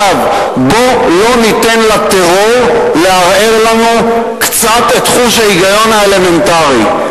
בוא לא ניתן לטרור לערער לנו קצת את חוש ההיגיון האלמנטרי.